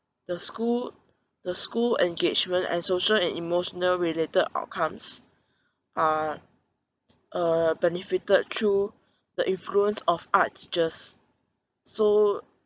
the school the school engagement and social and emotional related outcomes are uh benefited through the influence of art teachers so